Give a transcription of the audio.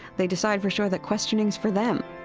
they decide for sure that questioning's for them